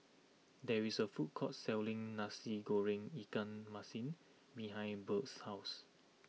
there is a food court selling Nasi Goreng Ikan Masin behind Bert's house